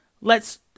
lets